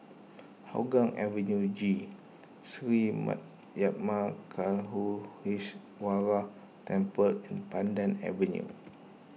Hougang Avenue G Sri Temple and Pandan Avenue